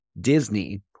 Disney